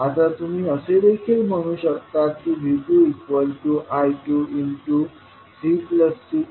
आता तुम्ही असे देखील म्हणू शकता की V2I2369I2 आहे